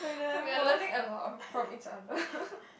we are leaning a lot from each other